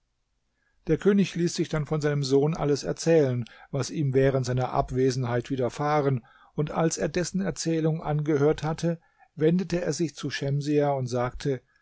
der könig ließ sich dann von seinem sohn alles erzählen was ihm während seiner abwesenheit widerfahren und als er dessen erzählung angehört hatte wendete er sich zu schemsiah und sagte